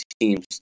teams